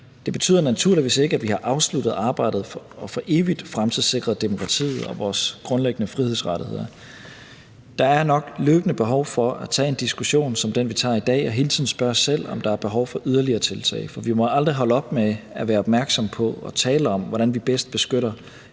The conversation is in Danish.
Det betyder naturligvis ikke, at vi har afsluttet arbejdet og for evigt fremtidssikret demokratiet og vores grundlæggende frihedsrettigheder. Der er nok løbende behov for at tage en diskussion som den, vi tager i dag, og hele tiden spørge os selv, om der er behov for yderligere tiltag. For vi må aldrig holde op med at være opmærksomme på og tale om, hvordan vi bedst beskytter